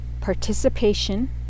participation